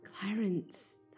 Clarence